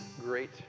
great